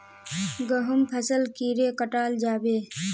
गहुम फसल कीड़े कटाल जाबे?